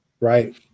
Right